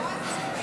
להצבעה.